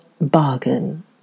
bargain